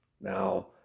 Now